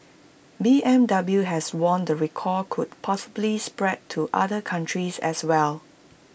B M W has warned the recall could possibly spread to other countries as well